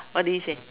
what do we say